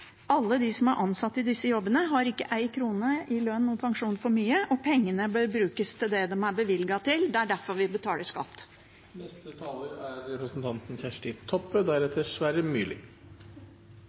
Alle de som er ansatt i disse jobbene, har ikke én krone for mye i lønn og pensjon, og pengene bør brukes til det de er bevilget til. Det er derfor vi betaler skatt. Den kanskje aller viktigaste oppgåva til kommunar og fylkeskommunar er